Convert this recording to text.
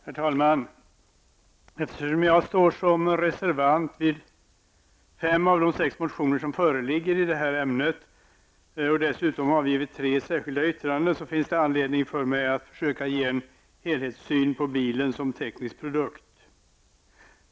Herr talman! Eftersom jag står som reservant för fem av de sex motioner som föreligger i detta ämne och dessutom avgivit tre särskilda yttranden finns det anledning för mig att försöka ge en helhetssyn på bilen som teknisk produkt.